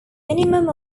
minimum